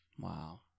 Wow